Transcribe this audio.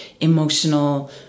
emotional